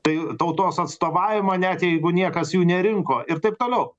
tai tautos atstovavimą net jeigu niekas jų nerinko ir taip toliau